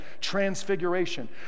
transfiguration